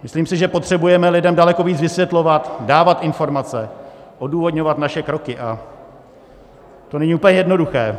Myslím si, že potřebujeme lidem daleko víc vysvětlovat, dávat informace, odůvodňovat naše kroky, a to není úplně jednoduché.